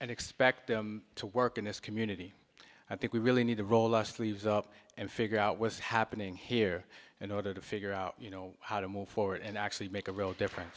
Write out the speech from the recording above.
and expect them to work in this community i think we really need to roll our sleeves up and figure out what's happening here in order to figure out you know how to move forward and actually make a real differen